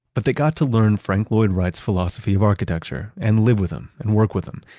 but they got to learn frank lloyd wright's philosophy of architecture and live with him and work with him,